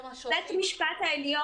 גם השוטרים.